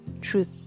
Truth